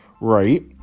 Right